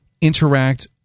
interact